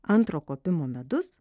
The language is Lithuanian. antro kopimo medus